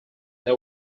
they